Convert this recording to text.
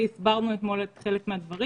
והסברנו אתמול את חלק מהדברים.